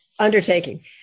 Undertaking